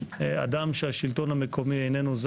לקדם תהליכים ומהלכים אני בטוח שתעשה את